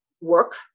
work